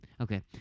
Okay